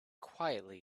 quietly